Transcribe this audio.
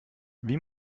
wie